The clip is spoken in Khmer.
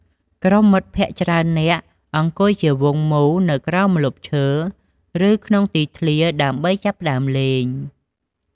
ក្រុមមិត្តភក្តិច្រើននាក់អង្គុយជាវង់មូលនៅក្រោមម្លប់ឈើ ឬក្នុងទីធ្លា ដើម្បីចាប់ផ្ដើមលេង។